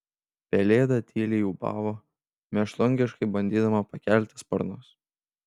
pelėda tyliai ūbavo mėšlungiškai bandydama pakelti sparnus